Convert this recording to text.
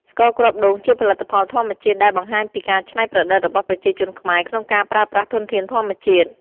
ស្ករគ្រាប់ដូងជាផលិតផលធម្មជាតិដែលបង្ហាញពីការច្នៃប្រឌិតរបស់ប្រជាជនខ្មែរក្នុងការប្រើប្រាស់ធនធានធម្មជាតិ។